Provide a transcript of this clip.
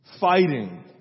fighting